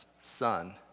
son